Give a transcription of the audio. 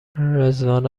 رضوان